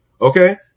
okay